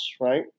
right